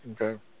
okay